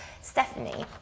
Stephanie